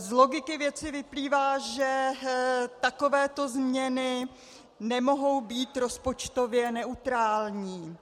Z logiky věci vyplývá, že takovéto změny nemohou být rozpočtově neutrální.